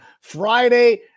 Friday